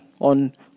on